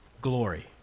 glory